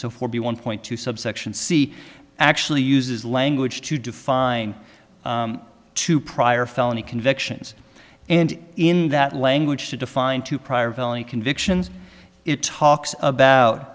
so for b one point two subsection c actually uses language to define two prior felony convictions and in that language to define two prior felony convictions it talks about